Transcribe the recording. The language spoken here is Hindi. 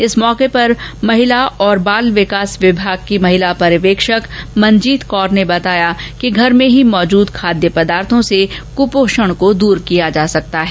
इस अवसर पर महिला और बाल विकास विभाग की महिला पर्यवेक्षक मंजीत कौर ने बताया कि घर में ही मौजूद खाद्य पदार्थो से कपोषण को दूर किया जा सकता है